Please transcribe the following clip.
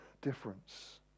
difference